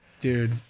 dude